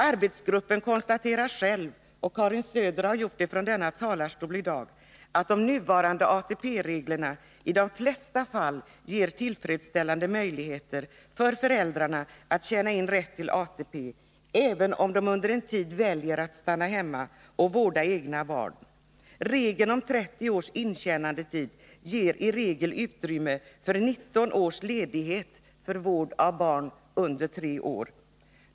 Arbetsgruppen konstaterar själv — och Karin Söder har gjort det från denna talarstol i dag — att de nuvarande ATP-reglerna i de flesta fall ger tillfredsställande möjligheter för föräldrarna att tjäna in rätt till ATP, även om de under en tid väljer att stanna hemma och vårda egna barn. Regeln om 30 års intjänandetid ger i regel utrymme för 19 års ledighet för vård av barn under tre år.